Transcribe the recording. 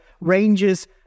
ranges